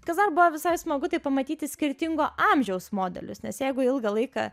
kas dar buvo visai smagu tai pamatyti skirtingo amžiaus modelius nes jeigu ilgą laiką